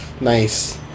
Nice